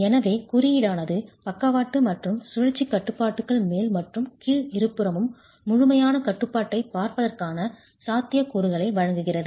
எனவே குறியீடானது பக்கவாட்டு மற்றும் சுழற்சி கட்டுப்பாடுகள் மேல் மற்றும் கீழ் இருபுறமும் முழுமையான கட்டுப்பாட்டைப் பார்ப்பதற்கான சாத்தியக்கூறுகளை வழங்குகிறது